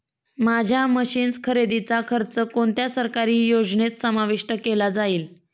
माझ्या मशीन्स खरेदीचा खर्च कोणत्या सरकारी योजनेत समाविष्ट केला जाईल?